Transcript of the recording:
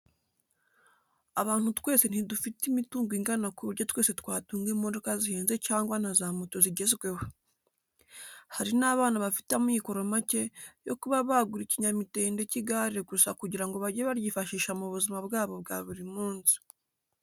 Abantu twese ntidufite imitungo ingana ku buryo twese twatunga imodoka zihenze cyangwa na za moto zigezweho. Hari n'abana bafite amikoro make yo kuba bagura ikinyamitende cy'igare gusa kugira ngo bajye baryifashisha mu buzima bwabo bwa buri munsi.